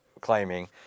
claiming